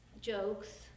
jokes